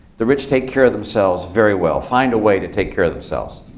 the rich take care of themselves very well, find a way to take care of themselves.